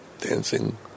dancing